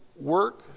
work